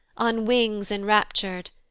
on wings enraptur'd,